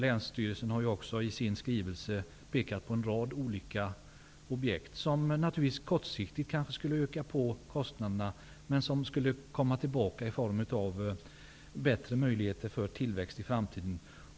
Länsstyrelsen har också i sin skrivelse pekat på en rad olika objekt, som kortsiktigt skulle öka kostnaderna men som skulle komma tillbaka i form av bättre möjligheter för tillväxt i framtiden.